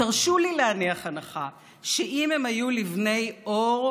תרשו לי להניח הנחה: אם הם היו לבני עור,